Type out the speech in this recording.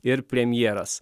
ir premjeras